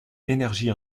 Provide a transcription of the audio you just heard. énergie